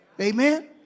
Amen